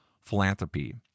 philanthropy